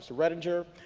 so reitinger.